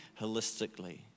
holistically